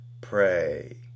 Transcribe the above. pray